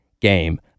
game